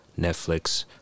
netflix